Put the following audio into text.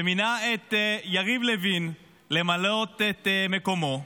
ומינה את יריב לוין למלא את מקומו,